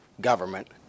government